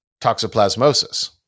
toxoplasmosis